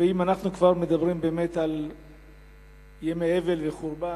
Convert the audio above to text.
ואם אנחנו כבר מדברים באמת על ימי אבל וחורבן,